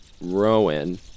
Rowan